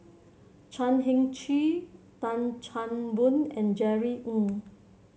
Chan Heng Chee Tan Chan Boon and Jerry Ng